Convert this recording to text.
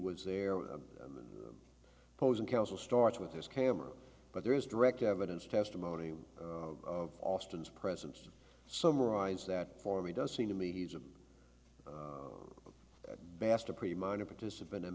was there with posing counsel starts with his camera but there is direct evidence testimony of austin's presence to summarize that for me does seem to me he's a best a pretty minor participant and